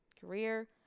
career